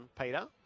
Peter